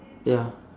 ya